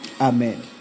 Amen